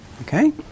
okay